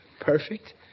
Perfect